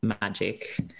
magic